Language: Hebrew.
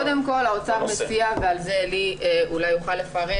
קודם כל האוצר מציע ועל זה עלי בינג יוכל לפרט